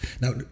now